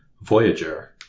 Voyager